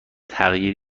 تغییر